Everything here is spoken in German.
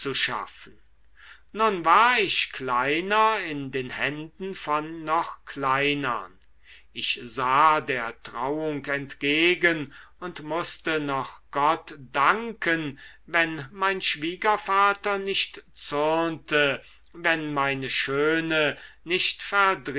nun war ich kleiner in den händen von noch kleinern ich sah der trauung entgegen und mußte noch gott danken wenn mein schwiegervater nicht zürnte wenn meine schöne nicht